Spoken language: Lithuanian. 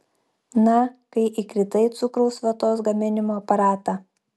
na kai įkritai į cukraus vatos gaminimo aparatą